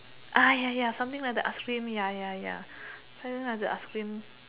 ah ya ya something like the ice cream ya ya ya something like the ice cream